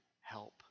help